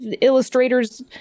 illustrators